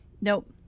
Nope